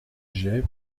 jay